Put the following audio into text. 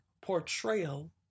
portrayal